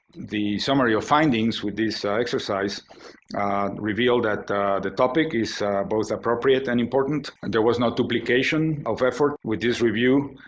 the summary of findings with this exercise revealed that the topic is both appropriate and important there was no duplication of effort with this review.